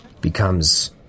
becomes